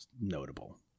notable